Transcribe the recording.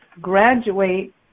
graduate